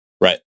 Right